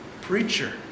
Preacher